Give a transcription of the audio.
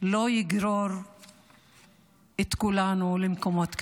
לא יגרור את כולנו למקומות קשים.